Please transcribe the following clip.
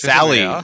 Sally